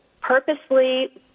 purposely